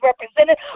represented